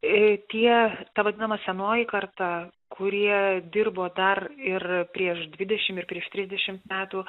i tie ta vadinama senoji karta kurie dirbo dar ir prieš dvidešim ir prieš trisdešimt metų